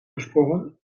gesprongen